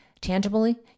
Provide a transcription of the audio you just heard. tangibly